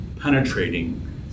penetrating